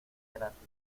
gratis